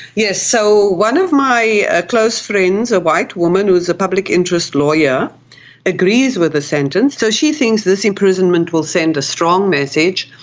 yes, so one of my ah close friends, a white woman who is a public interest lawyer agrees with the sentence. so she thinks this imprisonment will send a strong message.